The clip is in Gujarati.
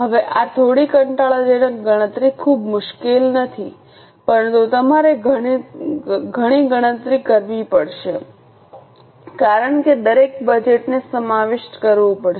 હવે આ થોડી કંટાળાજનક ગણતરી ખૂબ મુશ્કેલ નથી પરંતુ તમારે ઘણી ગણતરી કરવી પડશે કારણ કે દરેક બજેટને સમાવિષ્ટ કરવું પડશે